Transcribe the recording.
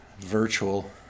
virtual